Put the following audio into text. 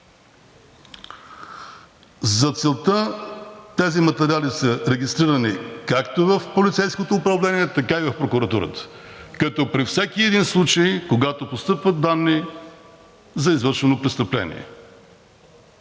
За целта тези материали са регистрирани както в полицейското управление, така и в прокуратурата, като при всеки един случай, когато постъпват данни за извършено престъпление.